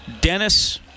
Dennis